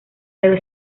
debe